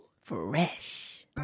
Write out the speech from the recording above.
Fresh